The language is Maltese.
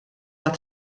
għat